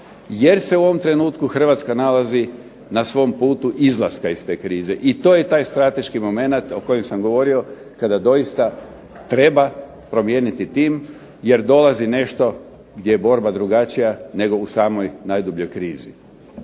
jer se u ovom trenutku Hrvatska nalazi na svom putu izlaska iz te krize. I to je taj strateški momenat o kojem sam govorio kada doista treba promijeniti tim jer dolazi nešto gdje je borba drugačije nego u samoj najdubljoj krizi.